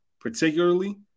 particularly